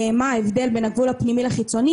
מה ההבדל בין הגבול הפנימי לחיצוני,